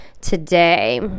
today